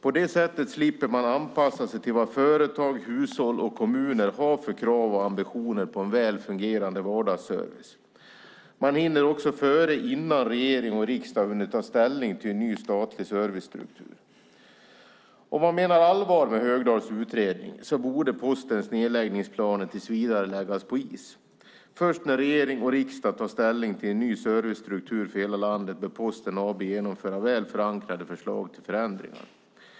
På det sättet slipper man anpassa sig till vilka krav och ambitioner som företag, hushåll och kommuner har på en väl fungerande vardagsservice. Man hinner också göra detta innan regering och riksdag har hunnit ta ställning till en ny statlig servicekultur. Om man menar allvar med Högdahls utredning borde Postens nedläggningsplaner tills vidare läggas på is. Först när regering och riksdag tar ställning till en ny servicestruktur för hela landet bör Posten AB genomföra väl förankrade förslag till förändringar.